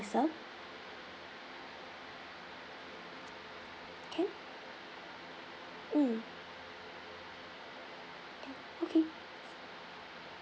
sir can mm can okay